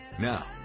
Now